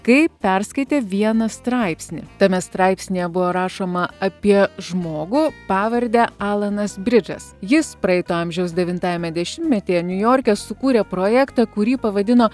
kai perskaitė vieną straipsnį tame straipsnyje buvo rašoma apie žmogų pavarde alanas bridžas jis praeito amžiaus devintajame dešimtmetyje niujorke sukūrė projektą kurį pavadino